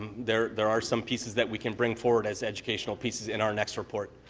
there there are some pieces that we can bring forward as educational pieces in our next report.